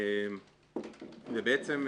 בעצם,